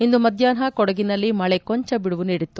ಇಂದು ಮಧ್ವಾಹ್ನ ಕೊಡಗಿನಲ್ಲಿ ಮಳೆ ಕೊಂಚ ಬಿಡುವು ನೀಡಿತ್ತು